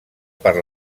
per